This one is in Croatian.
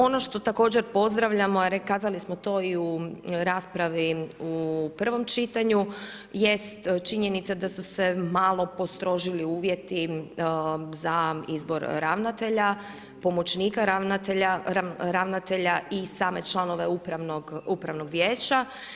Ono što također pozdravljamo a kazali smo to i u raspravi u prvom čitanju jest činjenica da su se malo postrožili uvjeti za izbor ravnatelja, pomoćnika ravnatelja i same članove upravnog vijeća.